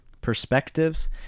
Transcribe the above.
Perspectives